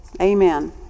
Amen